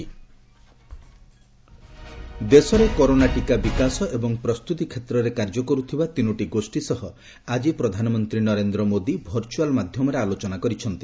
PM discussion ଦେଶରେ corona ଟିକା ବିକାଶ ଏବଂ ପ୍ରସ୍ତୁତି କ୍ଷେତ୍ରରେ କାର୍ଯ୍ୟ କର୍ତ୍ତିବା ତିନୋଟି ଗୋଷ୍ଠୀ ସହ ଆଜି ପ୍ରଧାନମନ୍ତ୍ରୀ ନରେନ୍ଦ୍ ମୋଦୀ ଭର୍ଚ୍ଚଆଲ୍ ମାଧ୍ୟମରେ ଆଲୋଚନା କରିଛନ୍ତି